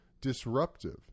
disruptive